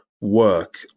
work